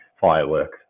fireworks